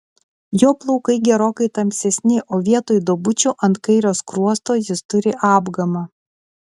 jo plaukai gerokai tamsesni o vietoj duobučių ant kairio skruosto jis turi apgamą